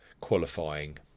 qualifying